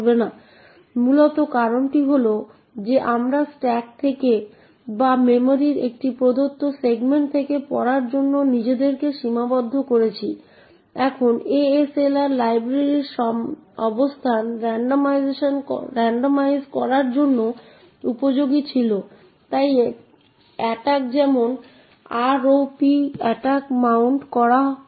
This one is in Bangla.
পরবর্তী যে জিনিসটি আমরা লক্ষ্য করব তা হল প্রধানের বিচ্ছিন্নকরণ এবং আমরা দেখতে পাচ্ছি যে এখানে প্রিন্টএফ করার জন্য কল করা হয়েছে